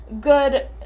good